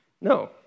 No